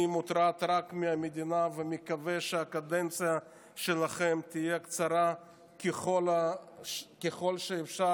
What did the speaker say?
אני מוטרד רק מהמדינה ומקווה שהקדנציה שלכם תהיה קצרה ככל שאפשר,